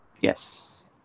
yes